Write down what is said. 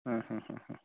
ആ ഹ ഹ ഹ